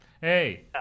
Hey